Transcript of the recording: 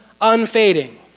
unfading